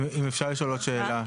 אם אפשר לשאול עוד שאלה.